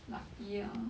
lucky ah